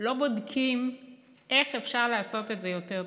לא בודקים איך אפשר לעשות את זה יותר טוב.